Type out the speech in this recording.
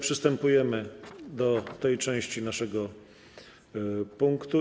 Przystępujemy do tej części naszego punktu.